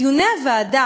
בדיוני הוועדה.